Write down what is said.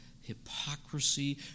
hypocrisy